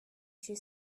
she